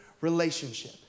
relationship